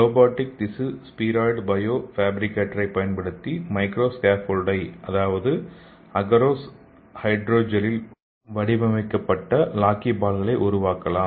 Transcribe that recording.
robotic திசு spheroid bio ஃபேப்ரிகேட்டரைப் பயன்படுத்தி மைக்ரோ ஸ்கேப்போல்டை அதாவது அகரோஸ் ஹைட்ரஜலில் வடிவமைக்கப்பட்ட லாக்கிபால்களை உருவாக்கலாம்